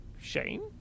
Shane